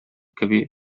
кеби